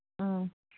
ꯎꯝ